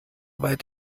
weit